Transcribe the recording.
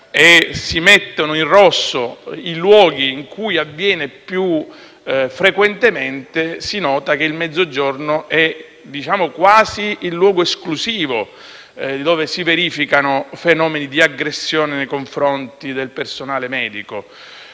si indicano in rosso i luoghi in cui tali episodi avvengono più frequentemente, si nota che il Mezzogiorno è quasi il luogo esclusivo dove si verificano fenomeni di aggressione nei confronti del personale medico.